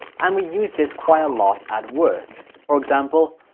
and we use this quite a lot at work. for example,